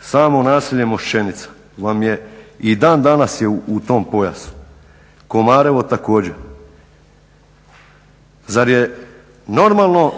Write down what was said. samo naselje Moščenica vam je i dan-danas u tom pojasu, Komarevo također. Zar je normalno